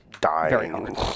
Dying